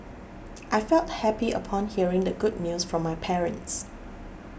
I felt happy upon hearing the good news from my parents